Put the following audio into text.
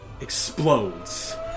explodes